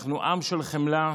אנחנו עם של חמלה,